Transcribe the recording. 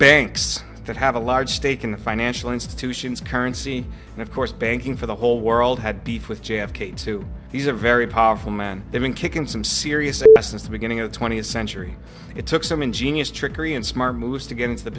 banks that have a large stake in the financial institutions currency and of course banking for the whole world had beef with j f k he's a very powerful man they've been kicking some serious since the beginning of the twentieth century it took some ingenious trickery and smart moves to get into th